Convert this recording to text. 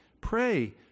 Pray